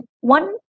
one